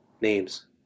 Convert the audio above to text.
names